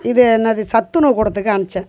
இது என்னாது சத்துணவுக் கூடத்துக்கு அமிச்சேன்